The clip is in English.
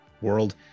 world